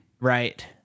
Right